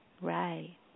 Right